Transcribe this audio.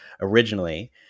originally